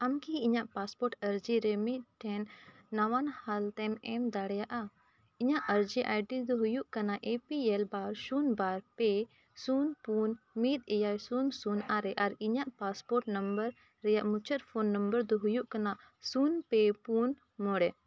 ᱟᱢ ᱠᱤ ᱤᱧᱟᱹᱜ ᱟᱨᱡᱤ ᱨᱮ ᱢᱤᱫᱴᱮᱱ ᱱᱟᱣᱟᱱ ᱦᱟᱞᱛᱮᱢ ᱮᱢ ᱫᱟᱲᱮᱭᱟᱜᱼᱟ ᱤᱧᱟᱹᱜ ᱟᱨᱡᱤ ᱫᱚ ᱦᱩᱭᱩᱜ ᱠᱟᱱᱟ ᱮ ᱯᱤ ᱮᱞ ᱵᱟᱨ ᱥᱩᱱ ᱵᱟᱨ ᱯᱮ ᱥᱩᱱ ᱯᱩᱱ ᱢᱤᱫ ᱮᱭᱟᱭ ᱥᱩᱱ ᱥᱩᱱ ᱟᱨᱮ ᱟᱨ ᱤᱧᱟᱹᱜ ᱨᱮᱭᱟᱜ ᱢᱩᱪᱟᱹᱫ ᱯᱳᱱ ᱱᱟᱢᱵᱟᱨ ᱫᱚ ᱦᱳᱭᱳᱜ ᱠᱟᱱᱟ ᱥᱩᱱ ᱯᱮ ᱯᱩᱱ ᱢᱚᱬᱮ